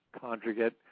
conjugate